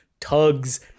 tugs